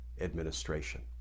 administration